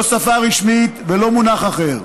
לא שפה רשמית ולא מונח אחר,